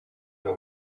will